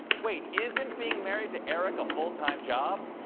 wait, isn't being married to eric a full-time job?